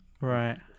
Right